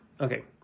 Okay